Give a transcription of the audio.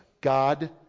God